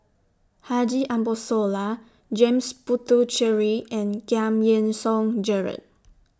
Haji Ambo Sooloh James Puthucheary and Giam Yean Song Gerald